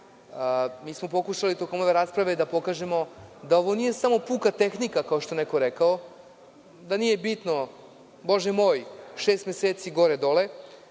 Pokušali smo tokom ove rasprave da pokažemo da ovo nije samo puka tehnika, kao što je neko rekao, da nije bitno, bože moj, šest meseci gore-dole.